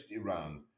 Iran